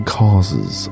causes